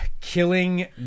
Killing